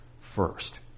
first